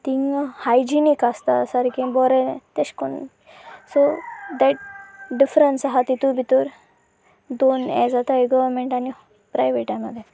थिगां hygienic आसता सारकें बरें तशें करून सो देट डिफरन्स आसा तातूंत भितर दोन हें जाताय गोवमेंट आनी प्रायवेटा मदीं